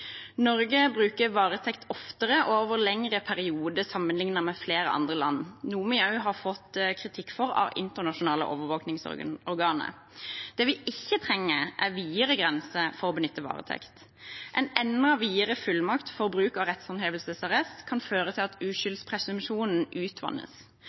Norge bruker varetekt oftere og over lengre perioder sammenlignet med flere andre land, noe vi også har fått kritikk for av internasjonale overvåkingsorganer. Det vi ikke trenger, er videre grenser for å benytte varetekt. En enda videre fullmakt for bruk av rettshåndhevelsesarrest kan føre til at